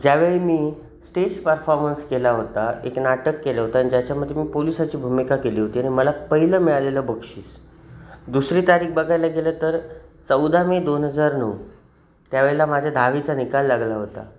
ज्यावेळी मी stage performance केला होता एक नाटक केलं होतं आणि ज्याच्यामध्ये मी पोलिसाची भूमिका केली होती आणि मला पहिलं मिळालेलं बक्षीस दुसरी तारीख बघायला गेलं तर चौदा मे दोन हजार नऊ त्यावेळेला माझ्या दहावीचा निकाल लागला होता